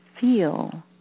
feel